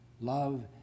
love